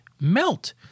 melt